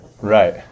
Right